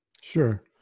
Sure